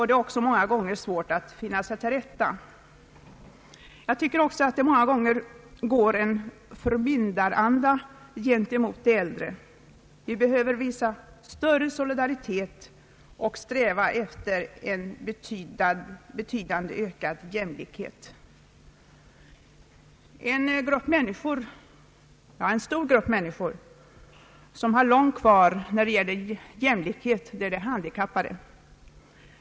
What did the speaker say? Det är ofta svårt för de gamla att finna sig till rätta, och jag tycker att man många gånger kan lägga märke till en förmyndaranda gentemot de äldre. Vi behöver visa större solidaritet och sträva efter en betydligt ökad jämlikhet. En stor grupp människor som har långt kvar när det gäller jämlikhet är de handikappade.